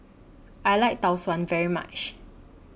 I like Tau Suan very much